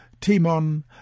Timon